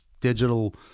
digital